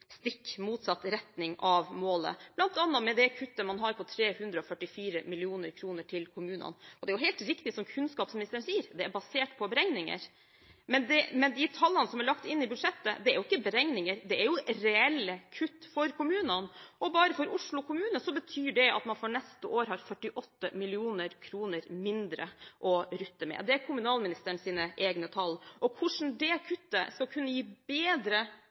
stikk motsatt retning av målet, bl.a. med det kuttet man har på 344 mill. kr til kommunene. Og det er helt riktig, som kunnskapsministeren sier, at det er basert på beregninger. Men de tallene som er lagt inn i budsjettet, er ikke beregninger, det er reelle kutt for kommunene. Bare for Oslo kommune betyr det at man for neste år har 48 mill. kr mindre å rutte med – det er kommunalministerens egne tall. Hvordan det kuttet skal kunne gi bedre